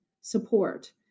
support